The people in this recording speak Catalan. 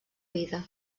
vida